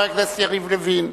חבר הכנסת יריב לוין.